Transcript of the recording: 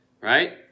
right